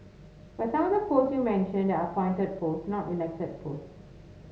but some of the post you mentioned are appointed post not elected post